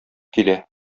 килә